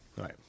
Right